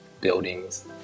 buildings